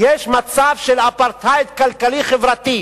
יש מצב של אפרטהייד כלכלי-חברתי.